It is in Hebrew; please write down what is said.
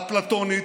האפלטונית,